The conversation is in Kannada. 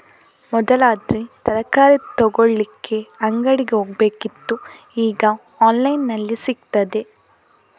ಮೊದಲಾದ್ರೆ ತರಕಾರಿ ತಗೊಳ್ಳಿಕ್ಕೆ ಅಂಗಡಿಗೆ ಹೋಗ್ಬೇಕಿತ್ತು ಈಗ ಆನ್ಲೈನಿನಲ್ಲಿ ಸಿಗ್ತದೆ